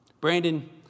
Brandon